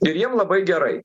ir jiem labai gerai